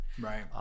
Right